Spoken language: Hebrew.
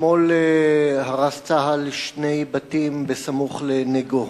אתמול הרס צה"ל שני בתים סמוך לנגוהות.